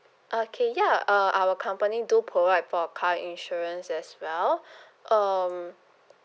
okay ya uh our company do provide for car insurance as well um